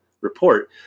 report